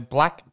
Black